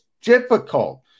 difficult